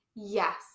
Yes